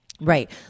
Right